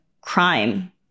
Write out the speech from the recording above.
crime